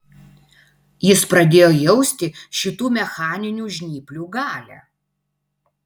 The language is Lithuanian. jis pradėjo jausti šitų mechaninių žnyplių galią